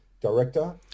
director